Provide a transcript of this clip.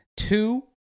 Two